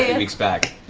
and weeks back.